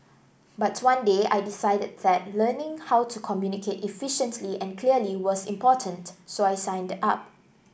but one day I decided that learning how to communicate efficiently and clearly was important so I signed up